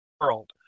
world